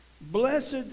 Blessed